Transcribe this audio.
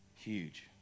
huge